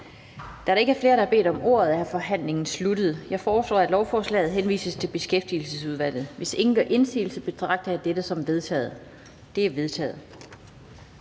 Da der ikke er flere, der har bedt om ordet, er forhandlingen sluttet. Jeg foreslår, at lovforslaget henvises til Beskæftigelsesudvalget. Hvis ingen gør indsigelse, betragter jeg dette som vedtaget. Det er vedtaget.